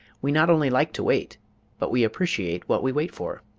we not only like to wait but we appreciate what we wait for.